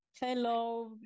Hello